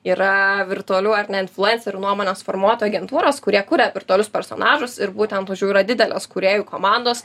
yra virtualių ar ne influencerių nuomonės formuotojų agentūros kurie kuria virtualius personažus ir būtent už jų yra didelės kūrėjų komandos